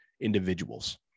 individuals